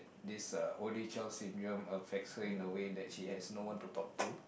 this uh only child syndrome affects her in a way that she has no one to talk to